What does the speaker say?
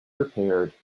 repaired